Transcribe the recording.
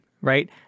right